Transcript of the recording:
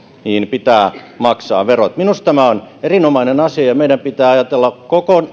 pitää maksaa verot minusta tämä on erinomainen asia meidän pitää ajatella